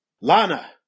Lana